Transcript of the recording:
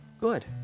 good